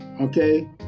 Okay